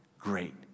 Great